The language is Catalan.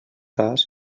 cas